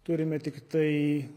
turime tiktai